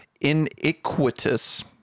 iniquitous